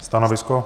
Stanovisko?